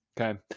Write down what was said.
okay